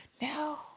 No